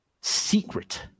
secret